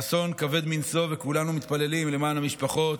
האסון כבד מנשוא, וכולנו מתפללים למען המשפחות,